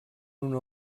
una